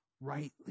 rightly